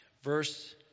Verse